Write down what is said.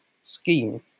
scheme